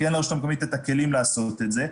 כי אין לרשות המקומית את הכלים לעשות את זה.